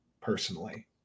personally